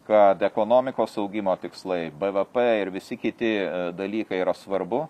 kad ekonomikos augimo tikslai bvp ir visi kiti dalykai yra svarbu